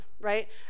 right